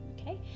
okay